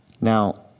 Now